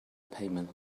payment